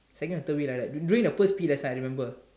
second or third week like that during the first P_E lesson I remember